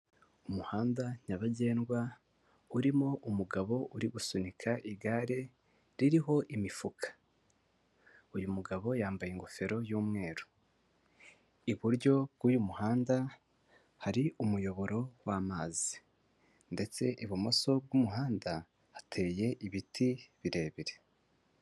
Umuhanda nyabagendwa urimo umugabo uri gusunika igare ririho imifuka, uyu mugabo yambaye ingofero y'umweru, iburyo bw'uyu muhanda hari umuyoboro w'amazi ndetse ibumoso bw'umuhanda hateye ibiti birebire.